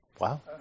Wow